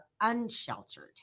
unsheltered